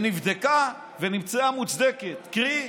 נבדקה ונמצאה מוצדקת, קרי,